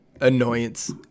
annoyance